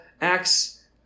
Acts